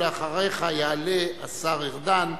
ואחריך יעלה השר ארדן,